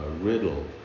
riddle